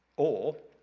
or,